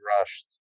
rushed